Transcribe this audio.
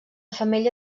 femella